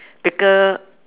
bigger